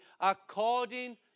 according